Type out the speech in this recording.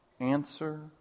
Answer